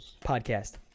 podcast